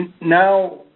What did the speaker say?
now